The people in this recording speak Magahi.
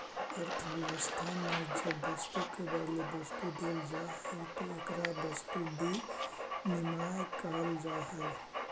अर्थव्यवस्था में जब वस्तु के बदले वस्तु देल जाऽ हई तो एकरा वस्तु विनिमय कहल जा हई